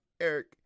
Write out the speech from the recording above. Eric